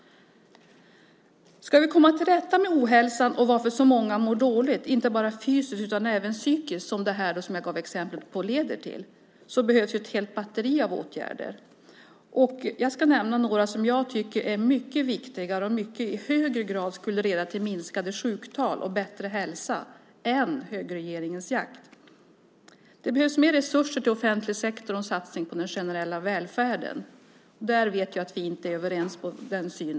Ska vi komma till rätta med ohälsan och varför så många mår dåligt - inte bara fysiskt utan även psykiskt, som det som jag gav exempel på leder till - behövs ett helt batteri av åtgärder. Jag ska nämna några som jag tycker är mycket viktigare och i mycket högre grad skulle leda till minskade sjuktal och bättre hälsa än högerregeringens jakt. Det behövs mer resurser till offentlig sektor och en satsning på den generella välfärden. Där vet jag att vi inte är överens.